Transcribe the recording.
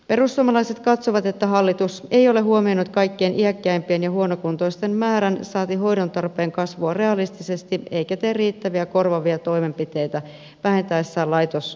perussuomalaiset katsovat että hallitus ei ole huomioinut kaikkein iäkkäimpien ja huonokuntoisten määrän saati hoidon tarpeen kasvua realistisesti eikä tee riittäviä korvaavia toimenpiteitä vähentäessään laitoshoitopaikkoja